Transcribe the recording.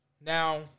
Now